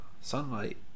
sunlight